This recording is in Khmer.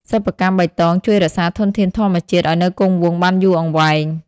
សិប្បកម្មបៃតងជួយរក្សាធនធានធម្មជាតិឱ្យនៅគង់វង្សបានយូរអង្វែង។